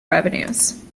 revenues